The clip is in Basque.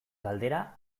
galdera